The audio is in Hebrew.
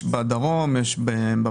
יש בדרום, יש במרכז.